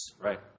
Right